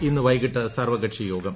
ഇന്ന് വൈകിട്ട് സർവകക്ഷി യോഗം